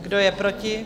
Kdo je proti?